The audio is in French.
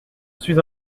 suis